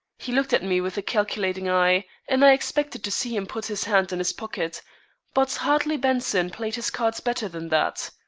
he looked at me with a calculating eye, and i expected to see him put his hand in his pocket but hartley benson played his cards better than that.